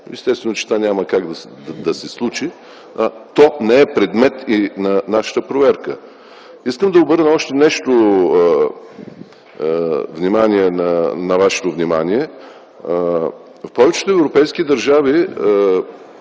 Естествено, че това няма как да се случи. То не е предмет и на нашата проверка. Искам да обърна вашето внимание върху още нещо. В повечето европейски държави